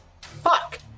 Fuck